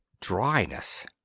dryness